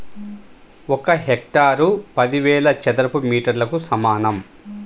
ఒక హెక్టారు పదివేల చదరపు మీటర్లకు సమానం